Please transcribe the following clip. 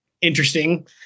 interesting